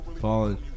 Fallen